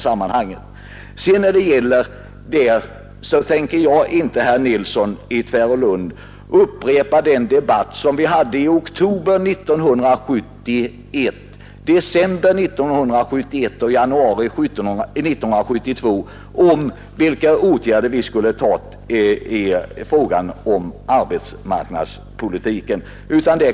Jag tänker inte, herr Nilsson i Tvärålund, nu upprepa den debatt som vi hade i oktober 1971, i december 1971 och i januari 1972 om åtgärder på arbetsmarknadspolitikens område.